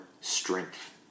strength